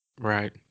Right